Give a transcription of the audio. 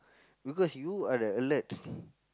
because you are the alert